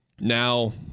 now